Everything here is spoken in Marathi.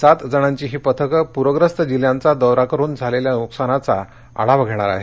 सात जणांची ही पथके पूरग्रस्त जिल्ह्यांचा दौरा करुन झालेल्या नुकसानीचा आढावा घेणार आहेत